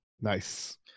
Nice